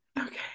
Okay